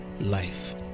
life